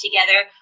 together